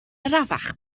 arafach